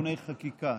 (תיקוני חקיקה),